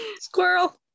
Squirrel